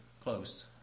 close